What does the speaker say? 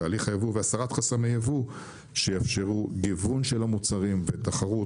תהליך הייבוא והסרת חסמי ייבוא שיאפשרו גיוון של המוצרים ותחרות,